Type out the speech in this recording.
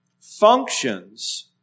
functions